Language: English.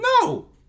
No